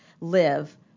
live